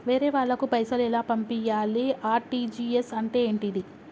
వేరే వాళ్ళకు పైసలు ఎలా పంపియ్యాలి? ఆర్.టి.జి.ఎస్ అంటే ఏంటిది?